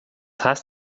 heißt